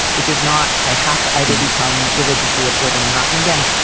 which is not. i have to either become religiously observant or not. and again,